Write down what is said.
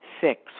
Six